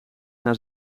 naar